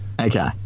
Okay